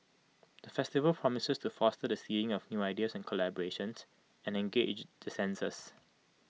the festival promises to foster the seeding of new ideas and collaborations and engage the senses